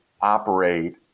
operate